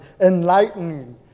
enlightening